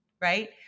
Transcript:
Right